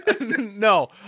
no